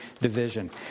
division